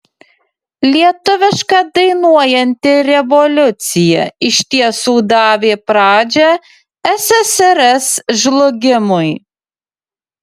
lietuviška dainuojanti revoliucija iš tiesų davė pradžią ssrs žlugimui